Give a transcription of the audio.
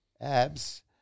abs